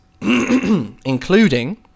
including